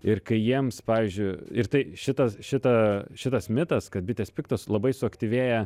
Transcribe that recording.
ir kai jiems pavyzdžiui ir tai šitas šitą šitas mitas kad bitės piktos labai suaktyvėja